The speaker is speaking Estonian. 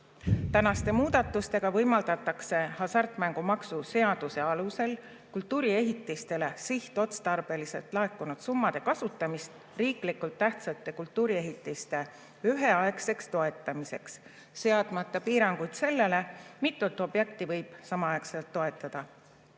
Tänaste muudatustega võimaldatakse hasartmängumaksu seaduse alusel kultuuriehitistele sihtotstarbeliselt laekunud summade kasutamist riiklikult tähtsate kultuuriehitiste üheaegseks toetamiseks, seadmata piiranguid sellele, mitut objekti võib samaaegselt toetada.